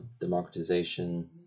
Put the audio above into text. democratization